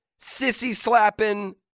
sissy-slapping